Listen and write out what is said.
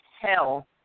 hell